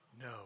no